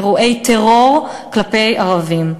אירועי טרור כלפי ערבים.